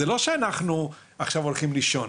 זה לא שאנחנו עכשיו הולכים לישון,